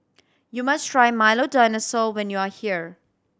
you must try Milo Dinosaur when you are here